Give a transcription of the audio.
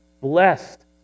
Blessed